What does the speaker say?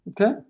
Okay